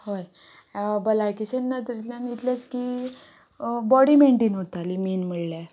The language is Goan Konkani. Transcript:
हय भलायकेच्या नदरेतल्यान इतलेंच की बॉडी मेंटेन उरताली मेन म्हळ्ळ्यार